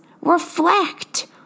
reflect